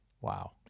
Wow